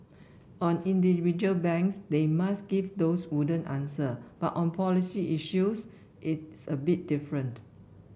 on individual banks they must give those wooden answer but on policy issues it's a bit different